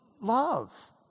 love